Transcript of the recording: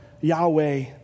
Yahweh